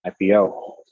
IPO